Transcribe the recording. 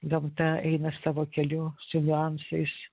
gamta eina savo keliu su niuansais